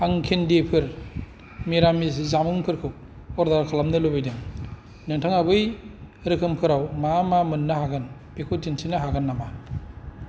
आं केन्दिफोर मिरामिस जामुं फोरखौ अर्डार खालामनो लुबैदों नोंथाङा बै रोखोमफोराव मा मा मोन्नो हागोन बेखौ दिन्थिनो हागोन नामा